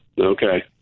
okay